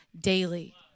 daily